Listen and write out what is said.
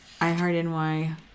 iHeartNY